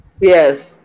Yes